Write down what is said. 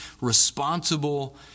responsible